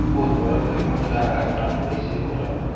उर्वरक के मात्रा के आंकलन कईसे होला?